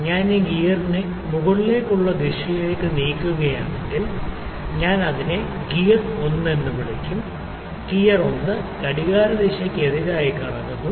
ഞാൻ ഈ ഗിയറിനെ മുകളിലേക്കുള്ള ദിശയിലേക്ക് നീക്കുകയാണെങ്കിൽ ഞാൻ അതിനെ ഗിയർ 1 എന്ന് വിളിക്കും ഈ ഗിയർ 1 ഘടികാരദിശക്ക് എതിരായി കറങ്ങുന്നു